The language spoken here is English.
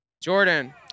Jordan